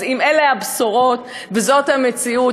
אז אם אלה הבשורות וזאת המציאות,